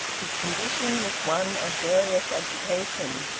his condition was one of various agitation.